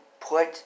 put